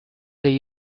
they